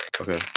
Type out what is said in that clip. okay